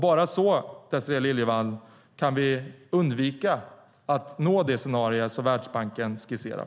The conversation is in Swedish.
Bara så, Désirée Liljevall, kan vi undvika att nå det scenario som Världsbanken skisserar.